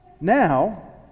Now